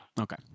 Okay